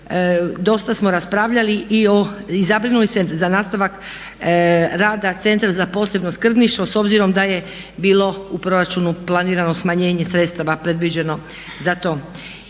dosta smo raspravljali i zabrinuli se za nastavak rada Centra za posebno skrbništvo s obzirom da je bilo u proračunu planirano smanjenje sredstava predviđeno za to.